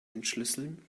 entschlüsseln